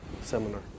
seminar